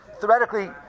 theoretically